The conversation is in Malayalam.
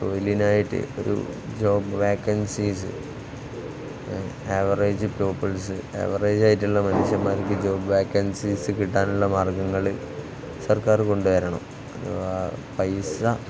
തൊഴിലിനായിട്ട് ഒരു job vacancies average peoples average ആയിട്ടുള്ള മനുഷ്യന്മാർക്ക് ജോബ് വേക്കൻസീസ് കിട്ടാനുള്ള മാർഗ്ഗങ്ങള് സർക്കാർ കൊണ്ടുവരണം പൈസ